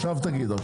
עכשיו תגיד.